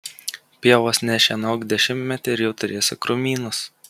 pievos nešienauk dešimtmetį ir jau turėsi krūmynus